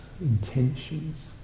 intentions